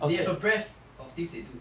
they have a breadth of things into